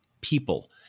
people